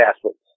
athletes